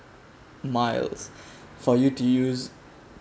miles for you to use